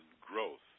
growth